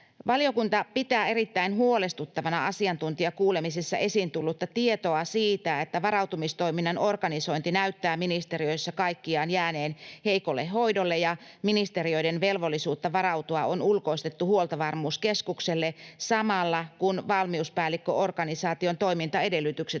Valiokunta pitää erittäin huolestuttavana asiantuntijakuulemisissa esiin tullutta tietoa siitä, että varautumistoiminnan organisointi näyttää ministeriöissä kaikkiaan jääneen heikolle hoidolle ja ministeriöiden velvollisuutta varautua on ulkoistettu Huoltovarmuuskeskukselle samalla, kun valmiuspäällikköorganisaation toimintaedellytykset